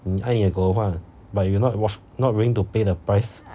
你爱你狗的话 but you will not was not willing to pay the price